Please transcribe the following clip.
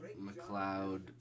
McLeod